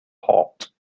hot